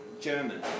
German